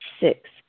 Six